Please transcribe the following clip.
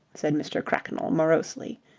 said mr. cracknell, morosely,